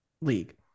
league